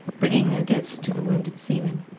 bringing their gifts to the wounded seamen.